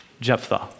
Jephthah